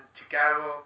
Chicago